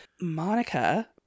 Monica